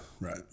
right